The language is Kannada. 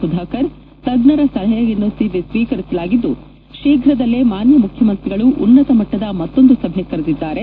ಸುಧಾಕರ್ ತೆಜ್ತರುಗಳ ಸಲಹೆಯನ್ನು ಸ್ವೀಕರಿಸಲಾಗಿದ್ದು ಶೀಫ್ರದಲ್ಲೇ ಮುಖ್ಯಮಂತ್ರಿಗಳು ಉನ್ವತ ಮಟ್ವದ ಮತ್ತೊಂದು ಸಭೆ ಕರೆದಿದ್ದಾರೆ